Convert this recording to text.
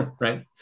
right